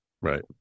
Right